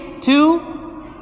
Two